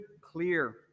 clear